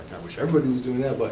wish everyone was doing that. but